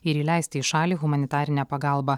ir įleisti į šalį humanitarinę pagalbą